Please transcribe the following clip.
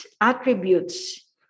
attributes